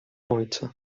ojca